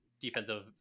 defensive